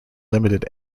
limited